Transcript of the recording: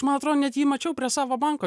man atro net jį mačiau prie savo banko